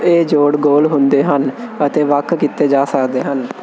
ਇਹ ਜੋੜ ਗੋਲ ਹੁੰਦੇ ਹਨ ਅਤੇ ਵੱਖ ਕੀਤੇ ਜਾ ਸਕਦੇ ਹਨ